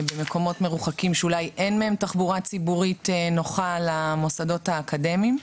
במקומות מרוחקים שאולי אין להם תחבורה ציבורית נוחה למוסדות האקדמיים.